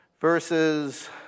verses